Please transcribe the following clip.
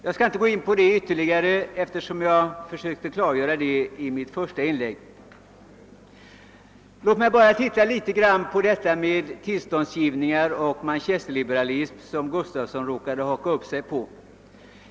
Jag skall inte närmare gå in på detta, eftersom jag försökte klargöra det redan i mitt första inlägg. Låt mig bara något ytterligare skärskåda detta med tillståndsgivningar och manchesterliberalism som herr Gustafson i Göteborg hakade upp sig på.